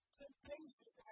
temptation